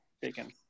bacon